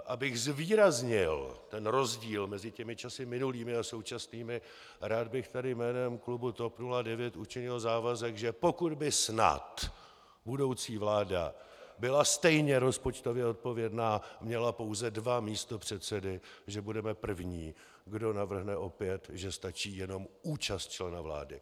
Abych zvýraznil rozdíl mezi těmi časy minulými a současnými, rád bych tady jménem klubu TOP 09 učinil závazek, že pokud by snad budoucí vláda byla stejně rozpočtově odpovědná a měla pouze dva místopředsedy, budeme první, kdo navrhne opět, že stačí jenom účast člena vlády.